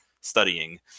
Studying